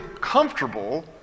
comfortable